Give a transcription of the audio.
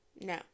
No